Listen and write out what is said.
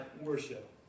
worship